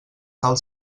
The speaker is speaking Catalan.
tal